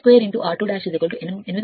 కాబట్టి r2 కి 0